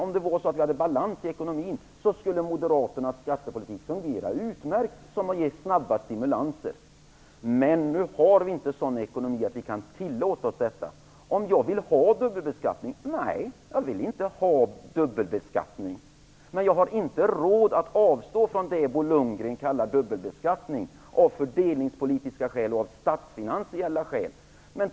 Om vi hade balans i ekonomin skulle, allt annat lika, moderaternas skattepolitik fungera utmärkt för att ge snabba stimulanser. Men nu har vi inte sådan ekonomi att kan tillåta oss detta. Bo Lundgren frågade om jag vill ha dubbelbeskattning. Nej, jag vill inte ha dubbelbeskattning. Men jag har inte råd av fördelningspolitiska skäl och statsfinansiella skäl att avstå från det Bo Lundgren kallar dubbelbeskattning.